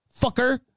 fucker